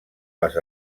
les